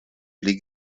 pli